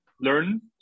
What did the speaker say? learn